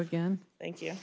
again thank you